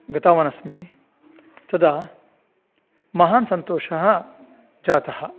गतवान् अस्मि तदा महान् सन्तोषः जातः